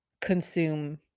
consume